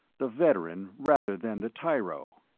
the veteran rather than the tyro.